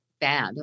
bad